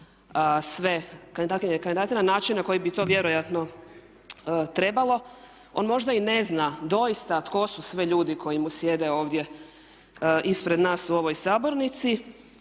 i kandidate na način na koji bi to vjerojatno trebalo. On možda i ne zna doista tko su sve ljudi koji mu sjede ovdje ispred nas u ovoj sabornici